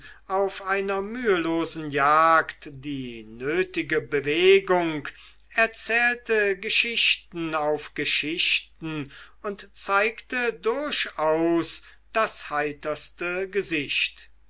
auf einer mühelosen jagd die nötige bewegung erzählte geschichten auf geschichten und zeigte durchaus das heiterste gesicht